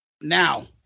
Now